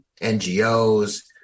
NGOs